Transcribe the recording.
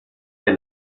der